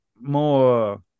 more